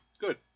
Good